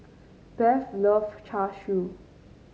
Beth loves Char Siu